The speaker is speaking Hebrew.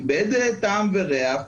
איבד טעם וריח,